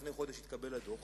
הדוח התקבל לפני חודש.